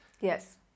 Yes